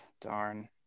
Darn